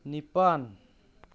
ꯅꯤꯄꯥꯜ